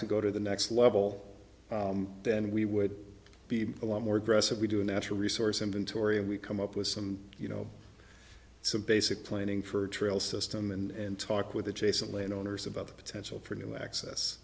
to go to the next level then we would be a lot more aggressive we do a natural resource inventory and we come up with some you know some basic planning for a trail system and talk with adjacent land owners about the potential for new access